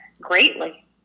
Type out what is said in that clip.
greatly